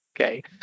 Okay